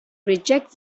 reject